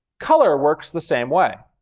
color works the same way.